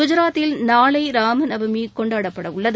குஜாத்தில் நாளைராமநவமிகொண்டாடப்படஉள்ளது